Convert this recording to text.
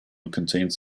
contains